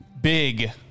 Big